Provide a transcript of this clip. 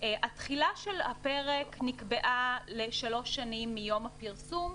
התחילה של הפרק נקבעה לשלוש שנים מיום הפרסום,